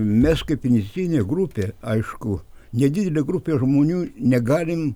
mes kaip iniciatyvinė grupė aišku nedidelė grupė žmonių negalim